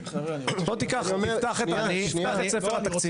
בוא תיקח, תפתח את ספר התקציב.